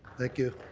thank you.